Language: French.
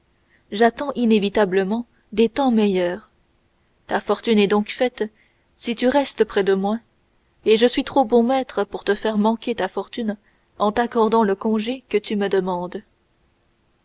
j'attends inévitablement des temps meilleurs ta fortune est donc faite si tu restes près de moi et je suis trop bon maître pour te faire manquer ta fortune en t'accordant le congé que tu me demandes